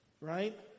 right